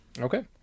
Okay